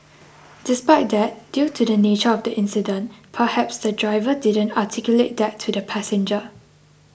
despite that due to the nature of the incident perhaps the driver didn't articulate that to the passenger